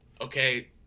okay